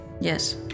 Yes